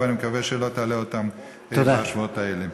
ואני מקווה שלא תעלה אותם בשבועות האלה.